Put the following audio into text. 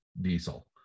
diesel